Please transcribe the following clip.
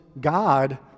God